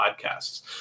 podcasts